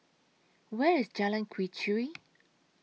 Where IS Jalan Quee Chew